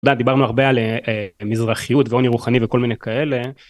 אתה יודע דיברנו הרבה על מזרחיות ועוני רוחני וכל מיני כאלה.